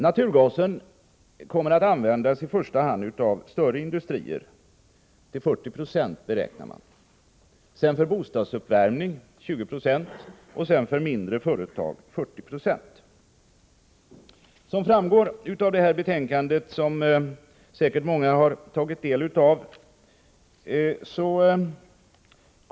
Naturgas kommer att användas i första hand av större industrier, till 40 90, för bostadsuppvärmning till 20 96 och av mindre företag till 40 90.